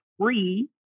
free